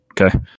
Okay